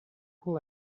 will